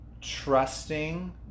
trusting